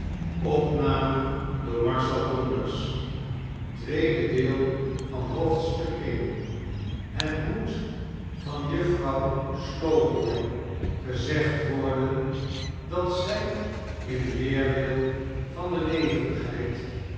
het moet van juffrouw slowboy geziegd warden dat zij in weerwil van de levendigheid